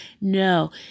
No